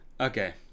okay